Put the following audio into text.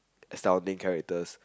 astounding characters